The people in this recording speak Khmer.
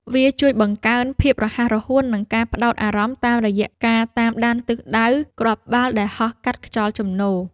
វាជួយបង្កើន ភាពរហ័សរហួន និងការផ្ដោតអារម្មណ៍ តាមរយៈការតាមដានទិសដៅគ្រាប់បាល់ដែលហោះកាត់ខ្យល់ជំនោរ។